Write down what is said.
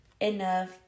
enough